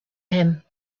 him